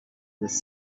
des